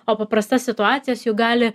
o paprastas situacijas juk gali